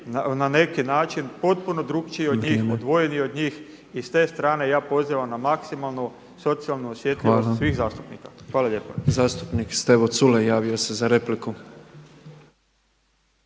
na neki način potpuno drukčije od njih, odvojeni od njih. I s te strane ja pozivam na maksimalnu socijalnu osjetljivost svih zastupnika. Hvala lijepa. **Petrov, Božo (MOST)** Zastupnik Stevo Culej javio se za repliku.